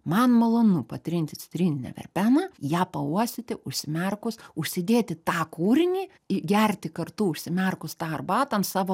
man malonu patrinti citrininę verbeną ją pauostyti užsimerkus užsidėti tą kūrinį gerti kartu užsimerkus tą arbatą ant savo